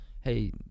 Hey